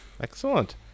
Excellent